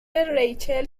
ریچل